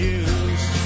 use